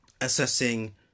assessing